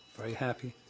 very happy.